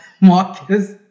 Marcus